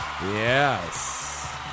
Yes